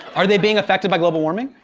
are they being affected by global warming?